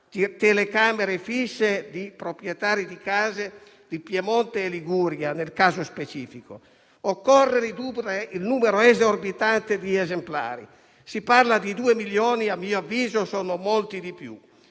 telecamere fisse di proprietari di case di Piemonte e Liguria, nel caso specifico). Occorre ridurre il numero esorbitante di esemplari: si parla di 2 milioni, ma, a mio avviso, sono molti di più.